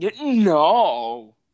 No